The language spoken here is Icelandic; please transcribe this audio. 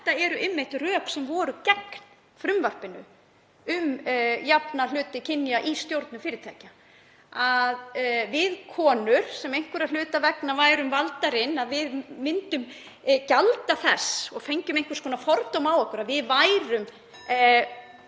Þetta eru einmitt rök sem voru gegn frumvarpinu um að jafna hlut kynja í stjórnum fyrirtækja. Við konur sem einhverra hluta vegna yrðum valdar inn myndum gjalda þess og yrðum fyrir einhvers konar fordómum, að við værum